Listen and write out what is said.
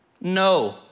no